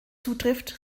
zutrifft